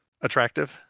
attractive